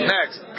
Next